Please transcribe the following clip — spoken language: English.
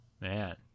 Man